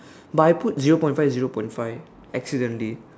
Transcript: but I put zero point five zero point five accidentally